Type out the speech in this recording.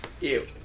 Ew